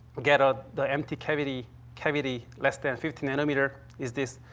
get ah the empty cavity cavity less than fifteen nanometer is this.